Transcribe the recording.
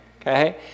okay